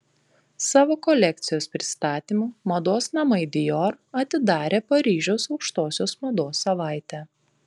savo kolekcijos pristatymu mados namai dior atidarė paryžiaus aukštosios mados savaitę